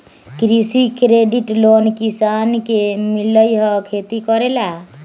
कृषि credit loan किसान के मिलहई खेती करेला?